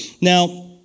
Now